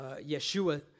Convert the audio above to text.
Yeshua